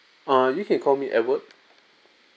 err you can call edward